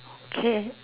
okay